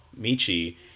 Michi